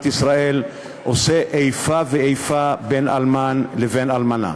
ישראל עושה איפה ואיפה בין אלמן לבין אלמנה?